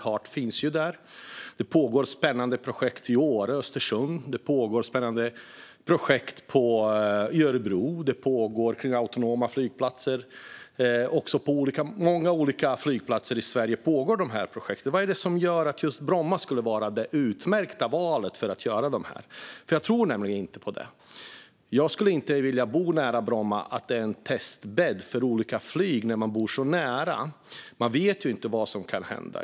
Heart finns ju där. Det pågår spännande projekt i Åre och i Östersund. Det pågår spännande projekt i Örebro kring autonoma flygplatser. På många olika flygplatser i Sverige pågår de här projekten. Vad är det som gör att just Bromma skulle vara det utmärkta valet? Jag tror nämligen inte på det. Om jag bodde nära Bromma skulle jag inte vilja att det var en testbädd för olika flyg. Man vet ju inte vad som kan hända.